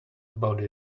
about